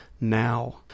now